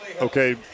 okay